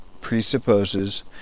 presupposes